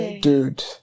Dude